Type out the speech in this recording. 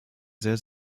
sehr